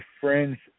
friend's